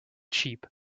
cheap